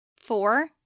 Four